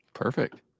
Perfect